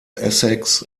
essex